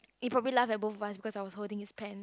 he probably laughed at both of us because I was holding his pants